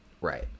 Right